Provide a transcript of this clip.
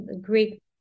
great